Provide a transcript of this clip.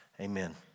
amen